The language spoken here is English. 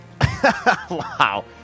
Wow